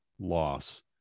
loss